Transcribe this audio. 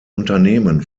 unternehmen